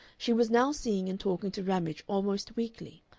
she was now seeing and talking to ramage almost weekly,